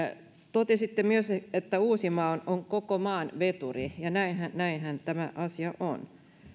totesitte myös että uusimaa on koko maan veturi ja näinhän näinhän tämä asia on